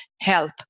help